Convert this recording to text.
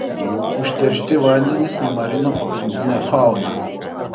užteršti vandenys numarino pagrindinę fauną